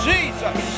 Jesus